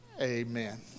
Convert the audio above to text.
Amen